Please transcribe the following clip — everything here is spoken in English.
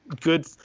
good